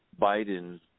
Biden